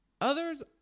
Others